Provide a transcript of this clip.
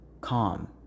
calm